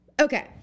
Okay